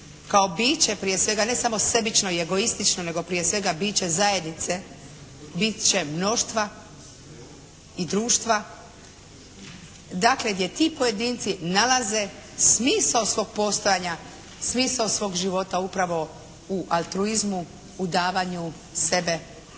kao biće prije svega ne samo sebično i egoistično nego prije svega biće zajednice, biće mnoštva i društva, dakle gdje ti pojedinci nalaze smisao svog postojanja, smisao svog života upravo u altruizmu, u davanju sebe,